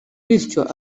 bityo